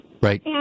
Right